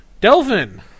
Delvin